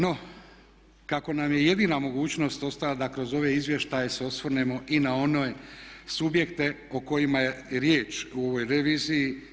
No, kako nam je jedina mogućnost ostala da kroz ove izvještaje se osvrnemo i na one subjekte o kojima je riječ u ovoj reviziji.